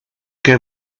què